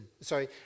sorry